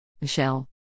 Michelle